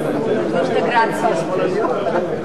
לאפשר לסגן השר להשיב על הצעת אי-האמון.